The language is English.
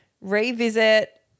revisit